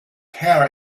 hair